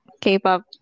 K-pop